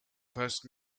past